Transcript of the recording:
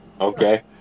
Okay